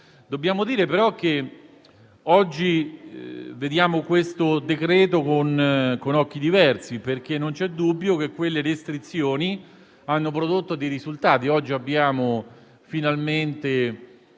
Va detto, però, che oggi vediamo questo decreto con occhi diversi, perché non c'è dubbio che quelle restrizioni hanno prodotto risultati,